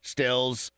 Stills